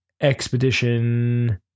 expedition